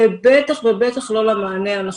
ובטח ובטח לא למענה הנכון.